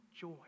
joy